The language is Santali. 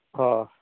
ᱚᱻ